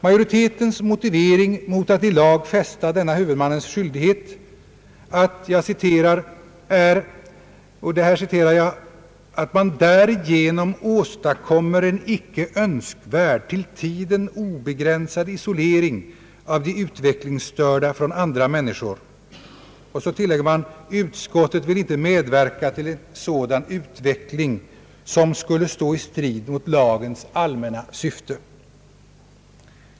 Majoritetens motivering mot att i lag fästa denna huvudmannens skyldighet är att »man därigenom åstadkommer en icke önskvärd, till tiden obegränsad isolering av de utvecklingsstörda från andra människor», Utskottet säger sig inte vilja medverka till en sådan utveckling som skulle stå i strid mot lagens allmänna syfte.